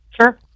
sure